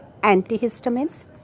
antihistamines